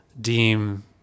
deem